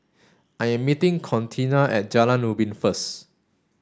I am meeting Contina at Jalan Ubin first